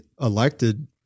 elected